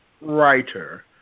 writer